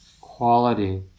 quality